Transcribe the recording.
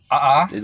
ah ah